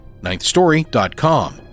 NinthStory.com